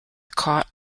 caught